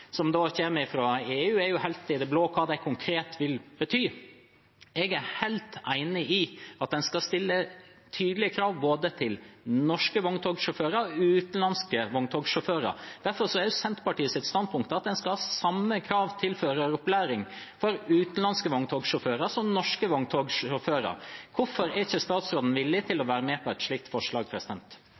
som da kommer fra EU, er jo helt i det blå med tanke på hva det konkret vil bety. Jeg er helt enig i at en skal stille tydelige krav til både norske vogntogsjåfører og utenlandske vogntogsjåfører. Derfor er Senterpartiets standpunkt at en skal ha samme krav til føreropplæring for utenlandske vogntogsjåfører som for norske vogntogsjåfører. Hvorfor er ikke statsråden villig til å være med på et slikt forslag?